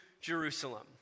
Jerusalem